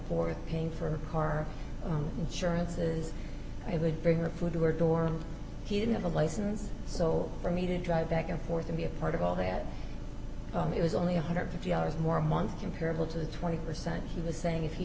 forth paying for car insurances i would bring the food to her door and he didn't have a license so for me to drive back and forth and be a part of all that it was only one hundred and fifty dollars more a month comparable to the twenty percent he was saying if he